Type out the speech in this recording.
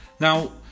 Now